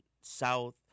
south